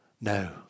No